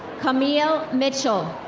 camille mitchell.